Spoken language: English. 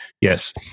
Yes